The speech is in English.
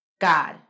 God